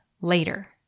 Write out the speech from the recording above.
later